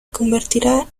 convertirá